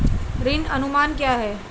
ऋण अनुमान क्या है?